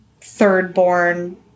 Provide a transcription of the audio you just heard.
third-born